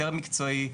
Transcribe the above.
יותר מקצועי,